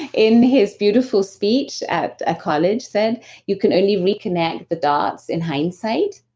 in his beautiful speech at college said you can only reconnect the dots in hindsight.